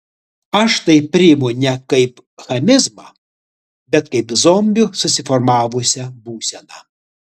aš tai priimu ne kaip chamizmą bet kaip zombių susiformavusią būseną